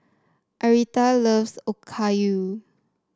Arietta loves Okayu